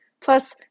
Plus